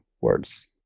words